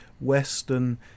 Western